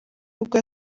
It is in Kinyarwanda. bwa